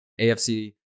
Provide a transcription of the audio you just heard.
AFC